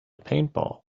paintball